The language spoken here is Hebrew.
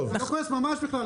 אני ממש לא כועס.